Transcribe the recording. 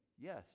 Yes